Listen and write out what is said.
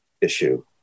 issue